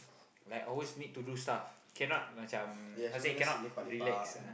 like always need to do stuff cannot macam how say cannot relax ah